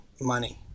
money